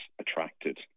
attracted